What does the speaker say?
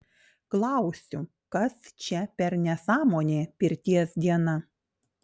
klausiu kas čia per nesąmonė pirties diena